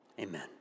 amen